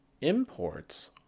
imports